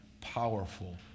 powerful